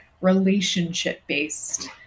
relationship-based